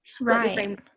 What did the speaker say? right